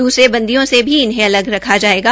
दूसरे बंदियों से भी इन्हें अलग रखा जाएगा